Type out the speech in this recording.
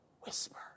whisper